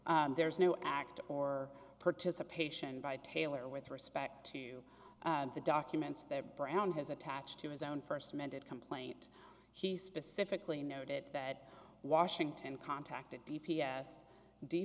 there's no act or participation by taylor with respect to the documents there brown has attached to his own first amended complaint he specifically noted that washington contacted d p s d